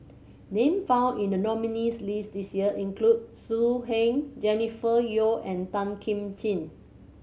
name found in the nominees' list this year include So Heng Jennifer Yeo and Tan Kim Ching